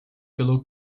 pelo